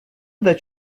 that